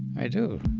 i do.